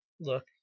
Look